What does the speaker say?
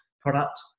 product